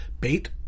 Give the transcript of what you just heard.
Bait